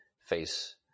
face